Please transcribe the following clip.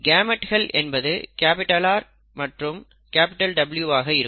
கேமெட்கள் என்பது R மற்றும் W ஆக இருக்கும்